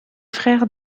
frères